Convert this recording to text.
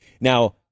Now